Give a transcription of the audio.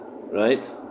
right